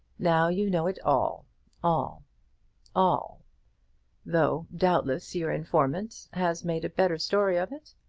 now you know it all all all though doubtless your informant has made a better story of it.